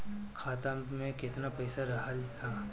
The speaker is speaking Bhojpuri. खाता में केतना पइसा रहल ह?